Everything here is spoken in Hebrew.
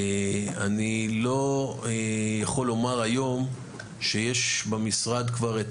אני לא יכול לומר היום שיש במשרד כבר את